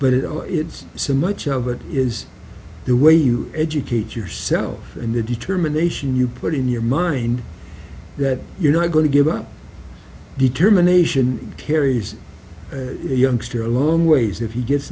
but it all it's some much of it is the way you educate yourself and the determination you put in your mind that you're not going to give up determination carries a youngster a long ways if he gets